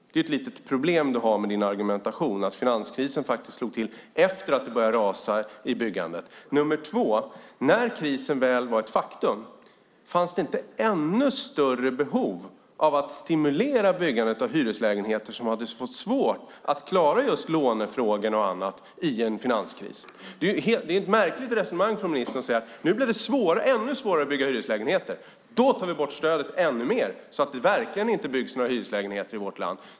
Du har ett litet problem med din argumentation, nämligen att finanskrisen faktiskt slog till efter det att det började rasa i byggandet. När krisen väl var ett faktum, fanns det inte ännu större behov av att stimulera byggandet av hyreslägenheter när det var svårt att klara lånefrågorna i en finanskris? Det är ett märkligt resonemang från ministerns sida när han säger att när det nu blir ännu svårare att bygga hyreslägenheter ska stödet tas bort. Då byggs verkligen inte några hyreslägenheter i vårt land.